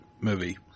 movie